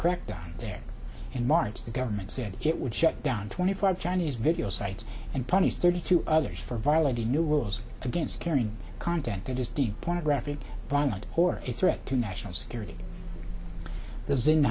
crackdown there in march the government said it would shut down twenty five chinese video sites and punish thirty two others for violating new rules against carrying content that is deep pornographic violent or a threat to national security